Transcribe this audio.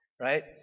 right